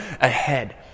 ahead